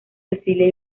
cecilia